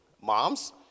Moms